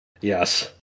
Yes